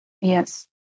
yes